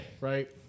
right